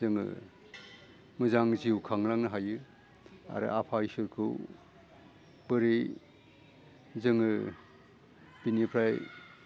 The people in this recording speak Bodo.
जोङो मोजां जिउ खांलांनो हायो आरो आफा इसोरखौ बोरै जोङो बेनिफ्राय